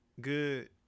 good